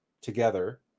together